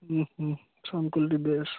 সংকুল the best